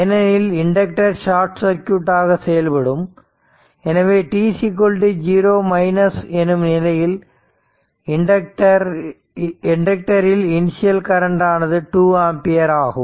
ஏனெனில் inductor short circuit ஆக செயல்படும் எனவே t0 எனும் நிலையில் இண்டக்டர் இல் இனிசியல் கரண்ட் ஆனது 2 ஆம்பியர் ஆகும்